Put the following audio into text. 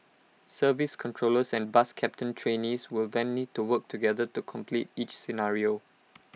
service controllers and bus captain trainees will then need to work together to complete each scenario